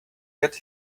get